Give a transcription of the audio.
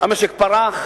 המשק פרח,